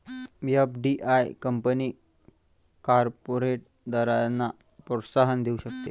FDI कमी corporate दरांना प्रोत्साहन देऊ शकते